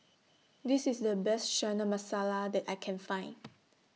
This IS The Best Chana Masala that I Can Find